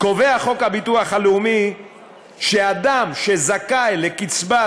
קובע חוק הביטוח הלאומי שאדם שזכאי לקצבת